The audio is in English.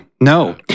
No